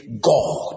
God